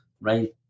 right